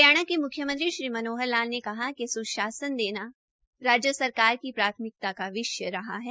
हरियाणा के मुख्यमंत्री श्री मनोहर लाल ने कहा कि सुशासन देना राज्य सरकार की प्राथमिकता का विषय रहा है